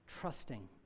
trusting